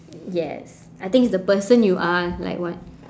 yes I think it's the person you are like what